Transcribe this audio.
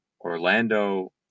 Orlando